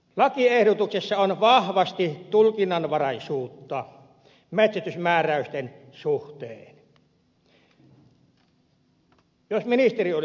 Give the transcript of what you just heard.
lakiehdotuksessa on vahvasti tulkinnanvaraisuutta metsästysmääräysten suhteen